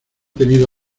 tenido